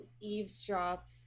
eavesdrop